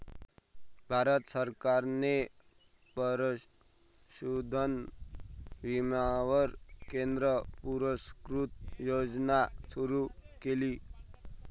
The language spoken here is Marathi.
भारत सरकारने पशुधन विम्यावर केंद्र पुरस्कृत योजना सुरू केली